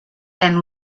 and